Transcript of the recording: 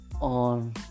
on